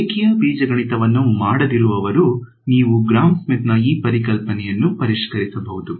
ರೇಖೀಯ ಬೀಜಗಣಿತವನ್ನು ಮಾಡದಿರುವವರು ನೀವು ಗ್ರಾಮ್ ಸ್ಮಿತ್ನ ಈ ಪರಿಕಲ್ಪನೆಯನ್ನು ಪರಿಷ್ಕರಿಸಬಹುದು